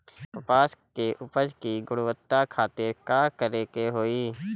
कपास के उपज की गुणवत्ता खातिर का करेके होई?